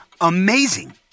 Amazing